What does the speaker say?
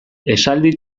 esaldi